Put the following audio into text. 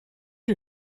you